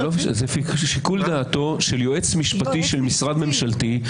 זה שיקול דעתו של יועץ משפטי של משרד ממשלתי.